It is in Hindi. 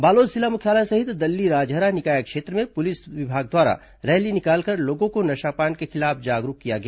बालोद जिला मुख्यालय सहित दल्लीराजहरा निकाय क्षेत्र में पुलिस विभाग द्वारा रैली निकालकर लोगों को नशापान के खिलाफ जागरूक किया गया